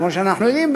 כמו שאנחנו יודעים,